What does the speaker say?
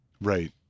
Right